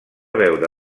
veure